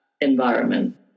environment